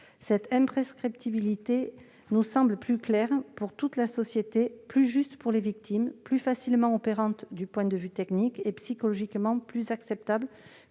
Cette imprescriptibilité nous semble plus claire pour toute la société, plus juste pour les victimes et plus facilement opérante du point de vue technique. En outre, elle est psychologiquement plus acceptable